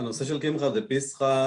הנושא של קמחא דפסחא,